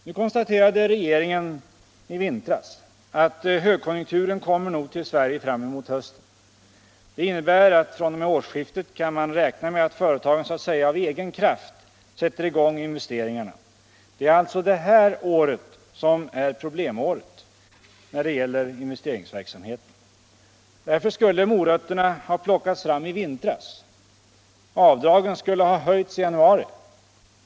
Nu konstaterade regeringen i vintras att högkonjunkturen kommer nog till Sverige framemot hösten. Det innebär att man kan räkna med att företagen fr.o.m. årsskiftet så att säga av egen kraft sätter i gång investeringarna. Det är alltså det här året som är problemåret, när det gäller investeringsverksamheten. Därför skulle ”morötterna” ha plockats fram i vintras. Avdragen skulle ha höjts i januari.